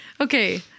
okay